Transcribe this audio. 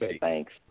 thanks